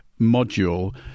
module